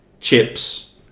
chips